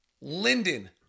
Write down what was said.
Linden